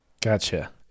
Gotcha